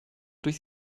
durch